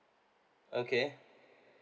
okay